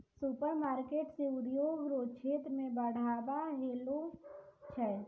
supermarket से उद्योग रो क्षेत्र मे बढ़ाबा होलो छै